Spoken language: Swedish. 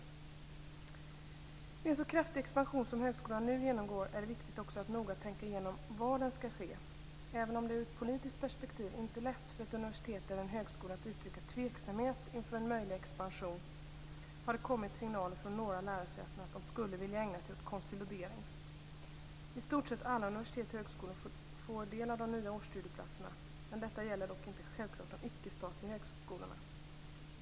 Vid en så kraftig expansion som högskolan nu genomgår är det viktigt att också noga tänka igenom var den skall ske. Även om det ur ett politiskt perspektiv inte är lätt för ett universitet eller en högskola att uttrycka tveksamhet inför en möjlig expansion har det kommit signaler från några lärosäten att de skulle vilja ägna sig åt konsolidering. I stort sett alla universitet och högskolor får del av de nya årsstudieplatserna - detta gäller dock inte självklart de icke-statliga högskolorna.